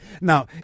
Now